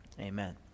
Amen